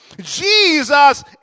Jesus